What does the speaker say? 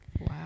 Wow